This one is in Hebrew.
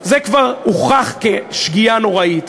זה כבר הוכח כשגיאה נוראית.